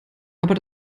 aber